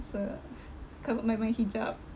so covered by my hijab